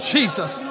Jesus